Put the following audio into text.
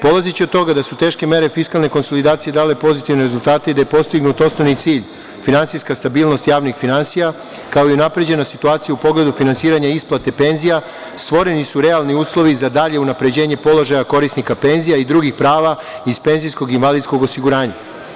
Polazeći od toga da su teške mere fiskalne konsolidacije dale pozitivne rezultate i da je postignut osnovni cilj, finansijska stabilnost javnih finansija, kao i unapređena situacija u pogledu finansiranja i isplate penzija, stvoreni su realni uslovi za dalje unapređenje položaja korisnika penzija i drugih prava iz penzijskog i invalidskog osiguranja.